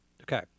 Okay